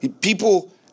People